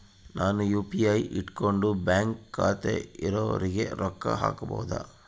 ನಾನು ಯು.ಪಿ.ಐ ಇಟ್ಕೊಂಡು ಬ್ಯಾಂಕ್ ಖಾತೆ ಇರೊರಿಗೆ ರೊಕ್ಕ ಹಾಕಬಹುದಾ?